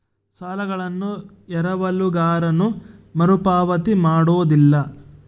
ಸಾಲಗಳನ್ನು ಎರವಲುಗಾರನು ಮರುಪಾವತಿ ಮಾಡೋದಿಲ್ಲ